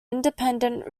independent